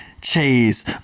Chase